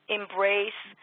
embrace